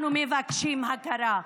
אנחנו מבקשים הכרה.